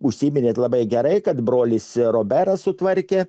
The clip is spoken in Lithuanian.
užsiminėte labai gerai kad broliai sero beria sutvarkė